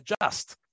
adjust